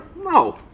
No